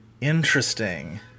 interesting